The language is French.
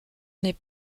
n’est